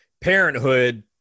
Parenthood